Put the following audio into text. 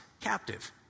captive